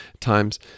times